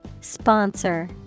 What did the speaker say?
Sponsor